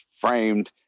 framed